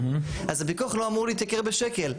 אז הוויכוח לא אמור להתייקר בשקל.